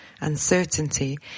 uncertainty